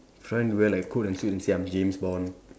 a friend wear like coat and suit and say I'm James Bond